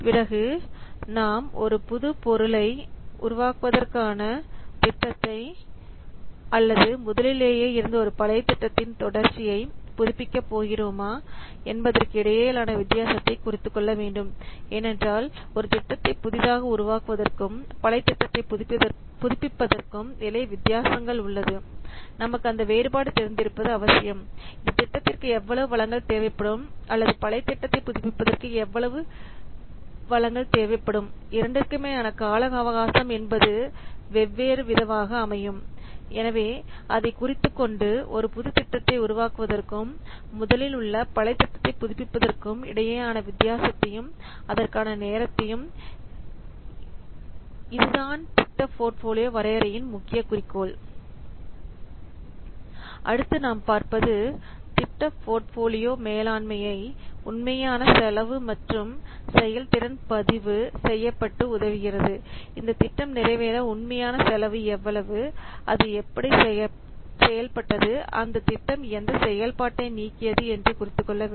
பிறகு நாம் ஒரு புதிய பொருளை உருவாக்குவதற்கான திட்டத்தை அல்லது முதலிலேயே இருந்த ஒரு பழைய திட்டத்தின் தொடர்ச்சியை புதுப்பிக்க போகிறோமா என்பதற்கு இடையிலான வித்தியாசத்தை குறித்துக்கொள்ள வேண்டும் ஏனென்றால் ஒரு திட்டத்தை புதிதாக உருவாக்குவதற்கும் பழைய திட்டத்தை புதுப்பிப்பதற்கும் நிறைய வித்தியாசங்கள் உள்ளது நமக்கு அந்த வேறுபாடு தெரிந்திருப்பது அவசியம் இந்த திட்டத்திற்கு எவ்வளவு வளங்கள் தேவைப்படும் அல்லது பழைய திட்டத்தை புதுப்பிப்பதற்கு எவ்வளவு தேவைப்படும் இரண்டிற்குமான கால அவகாசம் என்பது வெவ்வேறு ஆகவே நாம் குறித்துக்கொள்ள ஒரு புது திட்டத்தை உருவாக்குவதற்கும் முதலில் உள்ள பழைய திட்டத்தை புதுப்பிப்பதற்கும் இடையேயான வித்தியாசத்தையும் அதற்கான நேரத்தையும் இதுதான் திட்ட போர்ட்போலியோ வரையறையின் முக்கிய குறிக்கோள் அடுத்து நாம் பார்ப்பது திட்ட போர்ட்ஃபோலியோ மேலாண்மை உண்மையான செலவு மற்றும் செயல்திறன் பதிவு செய்யப்பட்டு உதவுகிறது இந்த திட்டம் நிறைவேற உண்மையான செலவு எவ்வளவு அது எப்படி செயல்பட்டது அந்த திட்டம் எந்த செயல்பாட்டை நீக்கியது என்று குறித்துக் கொள்ள வேண்டும்